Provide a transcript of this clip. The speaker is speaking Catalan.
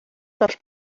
dels